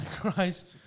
Christ